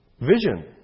vision